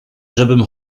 żebym